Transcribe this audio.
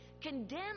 condemn